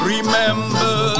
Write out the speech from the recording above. Remember